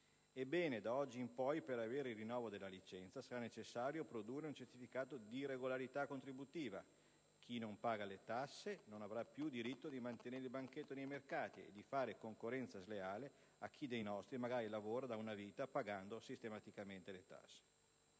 Ebbene, da oggi in poi, per avere il rinnovo della licenza sarà necessario produrre un certificato di regolarità contributiva. Chi non paga le tasse non avrà più diritto di mettere il banchetto nei mercati e di fare concorrenza sleale a chi dei nostri magari lavora da una vita, pagando sistematicamente le tasse.